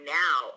now